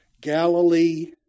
Galilee